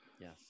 Yes